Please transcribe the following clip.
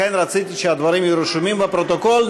לכן רציתי שהדברים יהיו רשומים בפרוטוקול,